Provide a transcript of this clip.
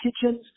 kitchens